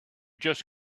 just